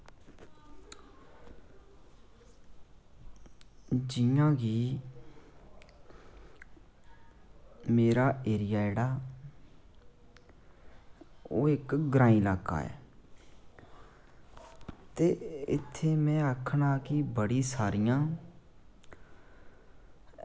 जियां की मेरा एरिया जेह्ड़ा ओह् इक्क ग्रांईं ल्हाका ऐ ते इत्थें में आक्खना कि बड़ी सारियां